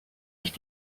ich